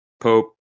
pope